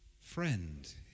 Friend